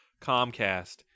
Comcast